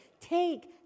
Take